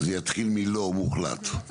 זה יתחיל מלא מוחלט.